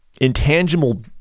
intangible